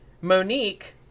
Monique